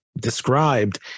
described